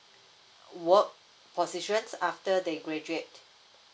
work position after they graduate